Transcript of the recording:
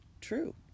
true